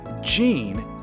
gene